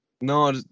No